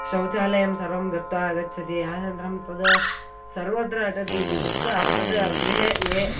शौचालयं सर्वं गत्वा आगच्छति अनन्तरं तद् सर्वत्र अटति इति कृत्वा तद् गृहे ये